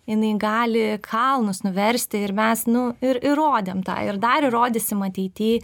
jinai gali kalnus nuversti ir mes nu ir įrodėm tai ir dar įrodysim ateity